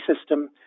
system